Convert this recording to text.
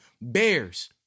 Bears